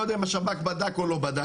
אני לא יודע אם השב"כ בדק או לא בדק,